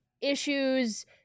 issues